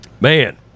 Man